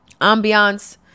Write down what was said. ambiance